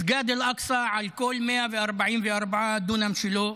מסגד אל-אקצא, על כל 144 הדונם שלו,